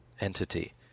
entity